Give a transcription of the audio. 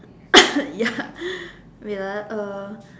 ya wait ah uh